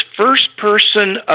first-person